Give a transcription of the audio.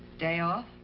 day off?